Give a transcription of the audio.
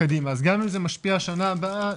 גם אם זה משפיע שנה הבאה,